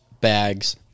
bags